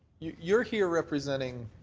you're here representing